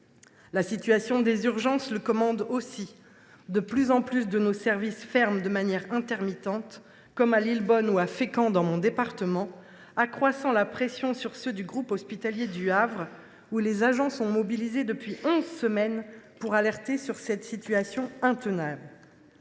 La situation des urgences commande aussi une telle réponse. De plus en plus de nos services ferment de manière intermittente, comme à Lillebonne ou à Fécamp, dans mon département, où la pression s’accroît sur le groupe hospitalier du Havre, dont les agents sont mobilisés depuis onze semaines pour alerter sur cette situation intenable.